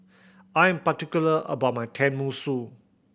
I'm particular about my Tenmusu